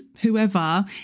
Whoever